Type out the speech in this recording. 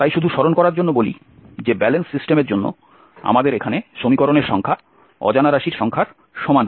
তাই শুধু স্মরণ করার জন্য বলি যে ব্যালেন্স সিস্টেমের জন্য আমাদের এখানে সমীকরণের সংখ্যা অজানা রাশির সংখ্যার সমান হয়